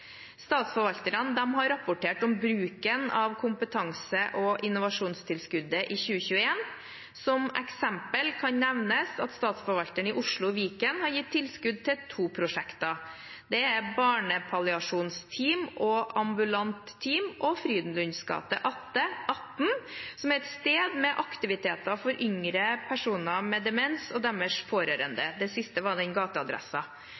Statsforvalterne har rapport om bruken av kompetanse- og innovasjonstilskuddet i 2021. Som eksempel kan nevnes at statsforvalteren i Oslo og Viken har gitt tilskudd til to prosjekter. Det er barnepalliasjonsteam og ambulant team og Frydenlundsgate 18, som er et sted med aktiviteter for yngre personer med demens og deres